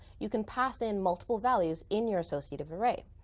you can pass in multiple values in your associative array.